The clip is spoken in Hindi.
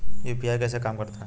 यू.पी.आई कैसे काम करता है?